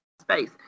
space